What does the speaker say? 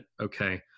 okay